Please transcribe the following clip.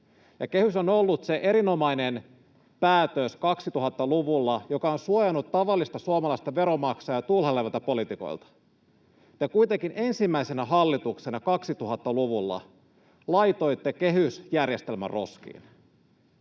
2000-luvulla se erinomainen päätös, joka on suojannut tavallista suomalaista veronmaksajaa tuhlailevilta poliitikoilta. Te kuitenkin ensimmäisenä hallituksena 2000-luvulla laitoitte kehysjärjestelmän roskiin.